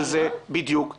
על זה בדיוק דיברנו.